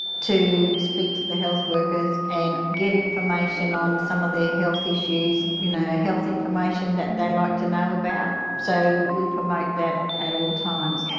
to speak to the health workers and get information on some of their health issues, you know, ah health information that they'd like to know about. so we promote that at all times.